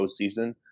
postseason